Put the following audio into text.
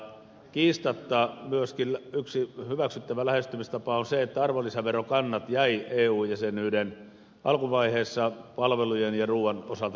kiistatta myöskin yksi hyväksyttävä lähestymistapa on se että arvonlisäverokannat jäivät eu jäsenyyden alkuvaiheessa palvelujen ja ruuan osalta liian korkealle